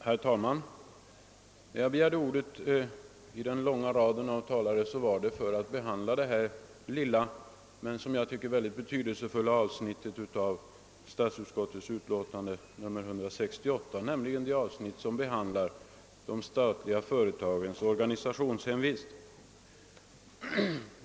Herr talman! Jag har begärt ordet i den långa raden av talare för att beröra det lilla men enligt min mening mycket betydelsefulla avsnitt i statsutskottets utlåtande nr 168 som behandlar de statliga företagens organisationshemvist.